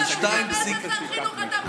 בשם איזה שר חינוך אתה מדבר,